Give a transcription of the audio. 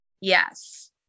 Yes